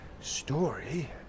Story